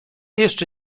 jeszcze